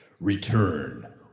Return